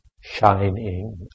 shining